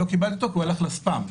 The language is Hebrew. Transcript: והוא הלך לספאם.